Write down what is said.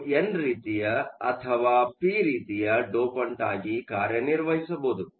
ಇದು ಎನ್ ರೀತಿಯ ಅಥವಾ ಪಿ ರೀತಿಯ ಡೋಪಂಟ್ ಆಗಿ ಕಾರ್ಯನಿರ್ವಹಿಸಬಹುದು